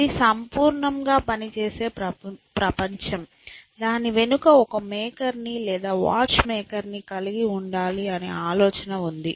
ఇంత సంపూర్ణంగా పనిచేసే ప్రపంచం దాని వెనుక ఒక మేకర్ ని లేదా వాచ్ మేకర్ ని కలిగి ఉండాలి అనే ఆలోచన ఉంది